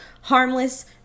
harmless